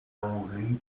hongrie